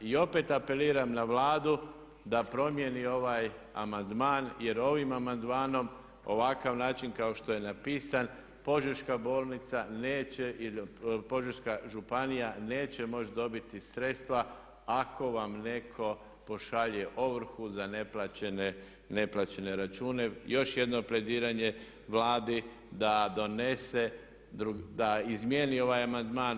I opet apeliram na Vladu da promijeni ovaj amandman jer ovim amandmanom ovakav način kao što je napisan Požeška bolnica neće, Požeška županija neće moći dobiti sredstva ako vam netko pošalje ovrhu za neplaćene račune još jedno plediranje Vladi da donese, da izmijeni ovaj amandman.